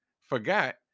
forgot